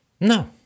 No